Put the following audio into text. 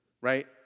Right